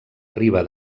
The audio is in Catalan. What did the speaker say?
arriba